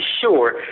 sure